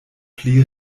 pli